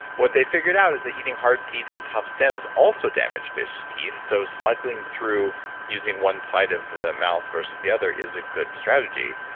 what they figured out is that eating hard seeds and tough stems also damage fish teeth, so cycling through using one side of the mouth versus the other is a good strategy.